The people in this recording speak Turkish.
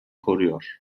koruyor